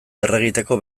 berregiteko